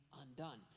undone